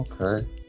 okay